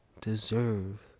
deserve